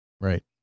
Right